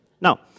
Now